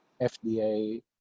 FDA